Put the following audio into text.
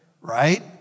right